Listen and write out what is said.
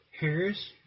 Harris